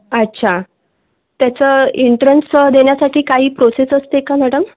अच्छा त्याचं एन्ट्रन्स देण्यासाठी काही प्रोसेस असते का मॅडम